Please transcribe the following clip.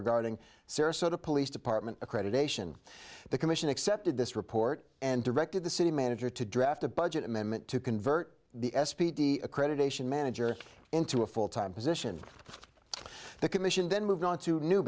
regarding sarasota police department accreditation the commission accepted this report and directed the city manager to draft a budget amendment to convert the s p d accreditation manager into a full time position the commission then moved on t